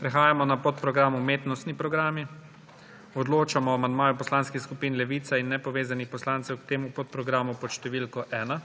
Prehajamo na podprogram Umetnosti programi. Odločamo o amandmaju poslanskih skupin Levica in nepovezanih poslancev k temu podprogramu pod številko 1.